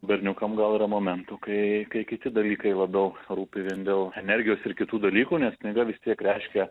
berniukam gal yra momentų kai kai kiti dalykai labiau rūpi vien dėl energijos ir kitų dalykų nes knyga vis tiek reiškia